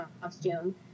costume